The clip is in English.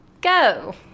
go